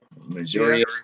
Missouri